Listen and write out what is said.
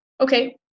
Okay